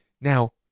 Now